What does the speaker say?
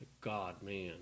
God-man